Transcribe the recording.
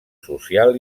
social